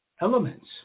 elements